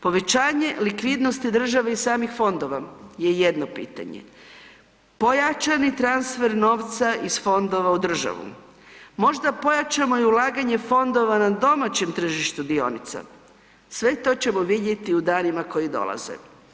Povećanje likvidnosti države iz samih fondova je jedno pitanje, pojačani transfer novca iz fondova u državu, možda pojačamo i ulaganje fondova na domaćem tržištu dionica, sve to ćemo vidjeti u danima koji dolaze.